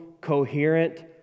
coherent